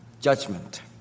judgment